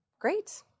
great